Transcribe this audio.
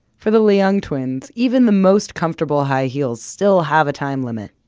for the liang twins, even the most comfortable high heels still have a time limit.